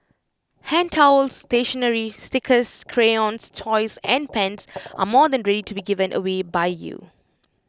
hand towels stationery stickers crayons toys and pens are more than ready to be given away by you